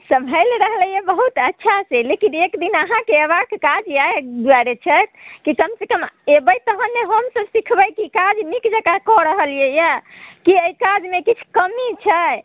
सम्भालि रहल हइ बहुत अच्छासँ लेकिन एक दिन अहाँके अएबाके काज एहि दुआरे छै कि कमसँ कम अएबै तखन ने हमसब सिखबै कि काज नीक जकाँ कऽ रहलिए हइ कि एहि काजमे किछु कमी छै